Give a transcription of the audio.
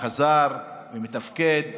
חזר ומתפקד.